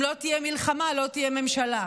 אם לא תהיה מלחמה לא תהיה ממשלה.